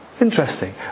Interesting